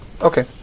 Okay